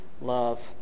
love